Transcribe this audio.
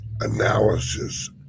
analysis